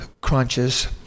crunches